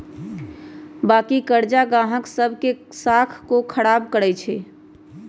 बाँकी करजा गाहक सभ के साख को खराब करइ छै